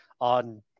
on –